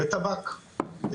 משולבים בטבק ב-30%-70%.